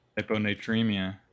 Hyponatremia